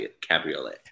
cabriolet